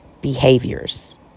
behaviors